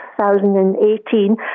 2018